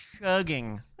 chugging